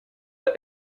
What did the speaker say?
the